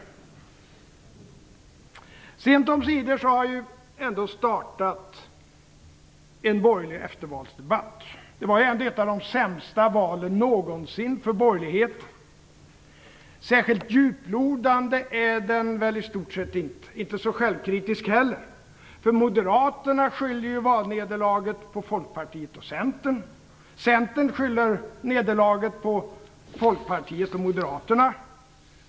Sent omsider har ändå en borgerlig eftervalsdebatt startat. Det var ändå ett av de sämsta valen någonsin för borgerligheten. Särskilt djuplodande är väl den debatten i stort sett inte, och inte heller så självkritisk. Moderaterna skyller ju valnederlaget på Folkpartiet och Centern. Centern skyller nederlaget på Folkpartiet och Moderaterna.